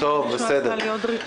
טוב בסדר, שמענו.